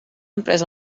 emprès